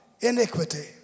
iniquity